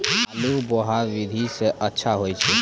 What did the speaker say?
आलु बोहा विधि सै अच्छा होय छै?